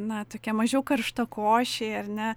na tokie mažiau karštakošiai ar ne